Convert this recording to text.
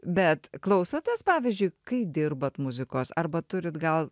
bet klausotės pavyzdžiui kai dirbat muzikos arba turit gal